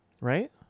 right